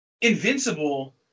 invincible